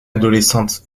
adolescente